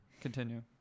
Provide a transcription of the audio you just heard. Continue